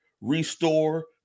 restore